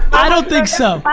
i don't think so.